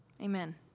Amen